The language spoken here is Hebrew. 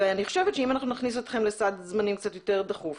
אני חושבת שאם נכניס אתכם לסד זמנים קצת יותר דחוף,